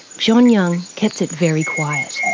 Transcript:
john young kept it very quiet.